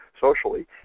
socially